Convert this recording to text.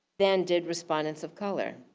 than did respondents of color.